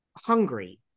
hungry